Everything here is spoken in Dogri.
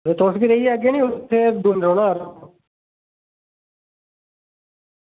ते तुस बी रेही जाह्गे निं दो दिन रौह्ना